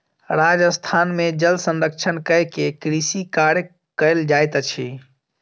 राजस्थान में जल संरक्षण कय के कृषि कार्य कयल जाइत अछि